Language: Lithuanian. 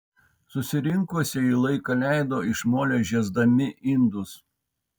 susirinkusieji laiką leido iš molio žiesdami indus